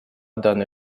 данной